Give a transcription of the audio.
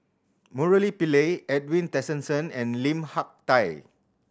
Murali Pillai Edwin Tessensohn and Lim Hak Tai